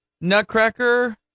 Nutcracker